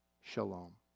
shalom